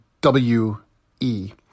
W-E